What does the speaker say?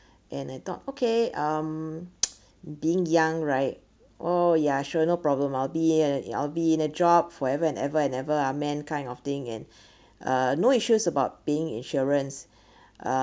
and I thought okay um being young right oh ya sure no problem I'll be a I'll be in a job forever and ever and ever ah meant kind of thing and uh no issues about being insurance